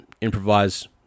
improvise